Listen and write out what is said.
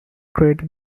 crater